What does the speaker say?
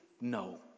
no